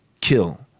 kill